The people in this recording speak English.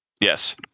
Yes